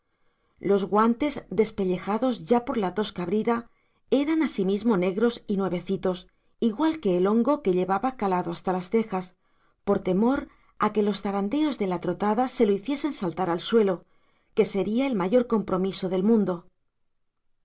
los guantes despellejados ya por la tosca brida eran asimismo negros y nuevecitos igual que el hongo que llevaba calado hasta las cejas por temor a que los zarandeos de la trotada se lo hiciesen saltar al suelo que sería el mayor compromiso del mundo